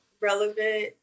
relevant